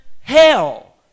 hell